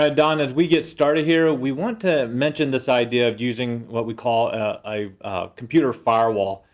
um don, as we get started here, we want to mention this idea of using what we call a computer firewall.